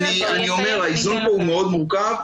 אני אומר, האיזון פה הוא מאוד מורכב,